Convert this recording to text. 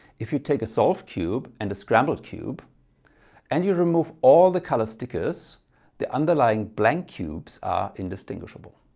if you take a solved cube and a scrambled cube and you remove all the color stickers the underlying blank cubes are indistinguishable.